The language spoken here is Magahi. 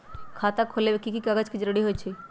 खाता खोले में कि की कागज के जरूरी होई छइ?